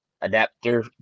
adapter